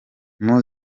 mao